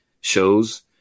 shows